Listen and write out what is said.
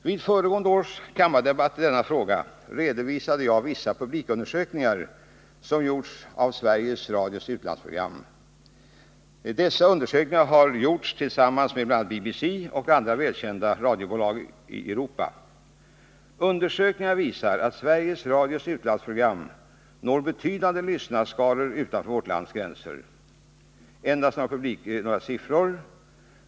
Vid föregående års kammardebatt i denna fråga redovisade jag vissa publikundersökningar som gjorts av Sveriges Radios utlandsprogram. Dessa undersökningar har gjorts tillsammans med bl.a. BBC och andra välkända radiobolag i Europa. Undersökningen visar att Sveriges Radios utlandsprogram når betydande lyssnarskaror utanför vårt lands gränser. Jag vill endast nämna några siffror.